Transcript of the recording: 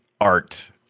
art